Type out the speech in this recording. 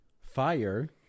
Fire